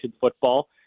football